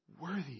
worthy